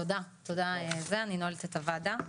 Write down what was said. תודה רבה, אני נועלת את הוועדה.